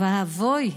ואבוי,